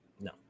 No